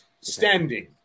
standing